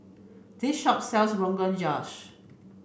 this shop sells Rogan Josh